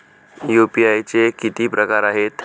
UPI चे किती प्रकार आहेत?